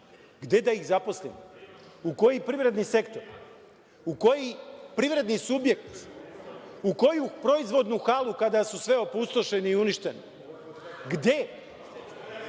Gde da ih zaposlimo? U koji privredni sektor? U koji privredni subjekt? U koju proizvodnu halu kada su sve opustošene ili uništene?